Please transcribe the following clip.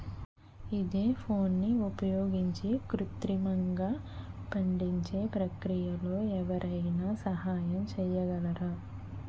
ఈథెఫోన్ని ఉపయోగించి కృత్రిమంగా పండించే ప్రక్రియలో ఎవరైనా సహాయం చేయగలరా?